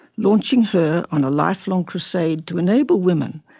launching her on a lifelong crusade to enable women,